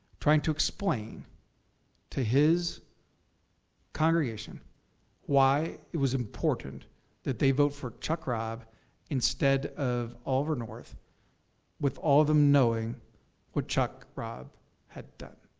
trying to explain to his congregation why it was important that they vote for chuck robb instead of oliver north with all of them knowing what chuck robb had done.